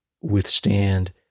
withstand